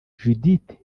judithe